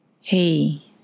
Hey